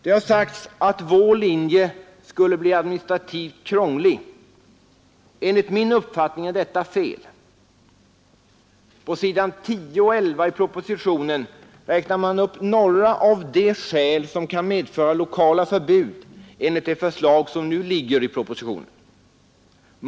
Det har sagts att vår linje skulle medföra administrativt krångel. Enligt min uppfattning är detta fel. På s. 10 och 11 i propositionen räknar man upp några av de skäl som kan medföra lokala förbud enligt det förslag som nu finns i propositionen.